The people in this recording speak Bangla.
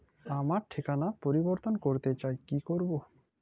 আমার ঠিকানা পরিবর্তন করতে চাই কী করব?